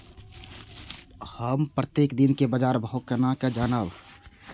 हम प्रत्येक दिन के बाद बाजार भाव केना जानब?